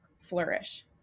flourish